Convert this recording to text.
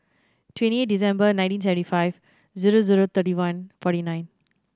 twenty eight December nineteen seventy five zero zero thirty one forty nine